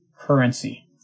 currency